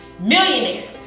Millionaire